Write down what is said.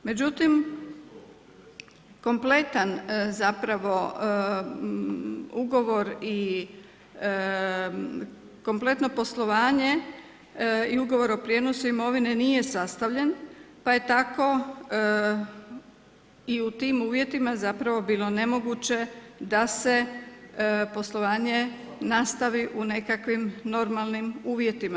Međutim, kompletan zapravo, ugovor i kompletno poslovanju i ugovor o prijenosu imovine nije sastavljen, pa je tako i u tim uvjetima zapravo bilo nemoguće, da se poslovanje nastavi u nekakvim normalnim uvjetima.